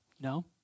No